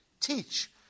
teach